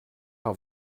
par